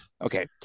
Okay